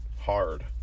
hard